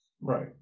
Right